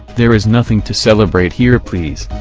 there is nothing to celebrate here please.